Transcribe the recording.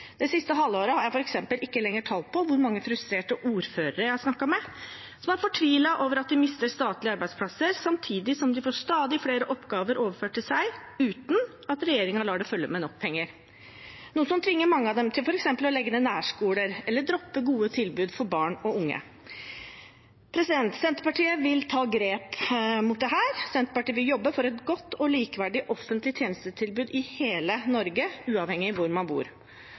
Det siste halvåret har jeg f.eks. ikke lenger tall på hvor mange frustrerte ordførere jeg har snakket med, som er fortvilet over at de mister statlige arbeidsplasser, samtidig som de får stadig flere oppgaver overført til seg, uten at regjeringen lar det følge med nok penger, noe som tvinger mange av dem til f.eks. å legge ned nærskoler, eller å droppe gode tilbud for barn og unge. Senterpartiet vil ta grep mot dette. Senterpartiet vil jobbe for et godt og likeverdig offentlig tjenestetilbud i hele Norge, uavhengig av hvor man bor.